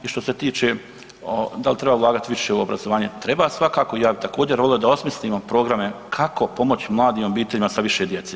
I što se tiče da li treba ulagat više u obrazovanje, treba svakako, i ja bi također volio da osmislimo programe kako pomoći mladim obiteljima sa više djece.